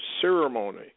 ceremony